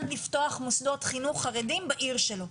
לפתוח מוסדות חינוך חרדים בעיר שלו.